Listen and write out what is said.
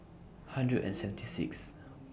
hundred and seventy six